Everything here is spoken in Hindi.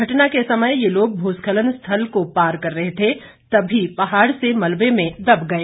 घटना के समय ये लोग भूस्खलन स्थल को पार कर रहे थे तभी पहाड़ से आए मलबे में दब गए